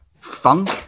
funk